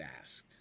asked